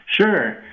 Sure